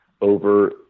over